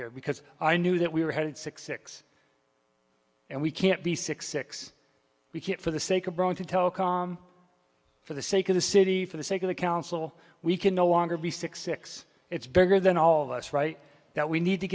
here because i knew that we were headed six six and we can't be six six we can't for the sake of bronte telecom for the sake of the city for the sake of the council we can no longer be six six it's bigger than all of us right now we need to